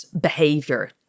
behavior